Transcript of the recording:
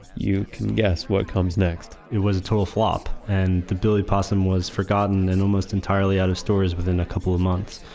you can get what comes next it was a total flop. and the billy possum was forgotten and almost entirely out of stores within a couple of months.